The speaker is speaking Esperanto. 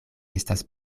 estas